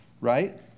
right